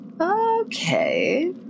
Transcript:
Okay